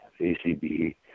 ACB